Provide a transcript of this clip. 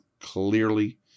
clearly